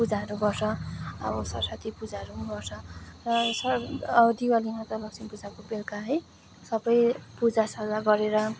पूजाहरू गर्छ अब सरस्वती पूजाहरू पनि गर्छ र दिवालीमा त लक्ष्मी पूजाको बेलुका है सबै पूजा सुजा गरेर